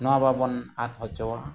ᱱᱚᱣᱟ ᱵᱟᱵᱚᱱ ᱟᱫ ᱦᱚᱪᱚᱣᱟ